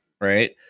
right